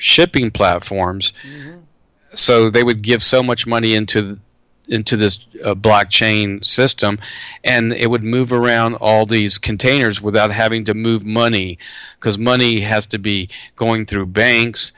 shipping platforms so they would give so much money into into this black chain system and it would move around all these containers without having to move money because money has to be going through banks